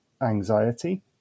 anxiety